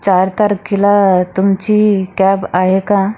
चार तारखेला तुमची कॅब आहे का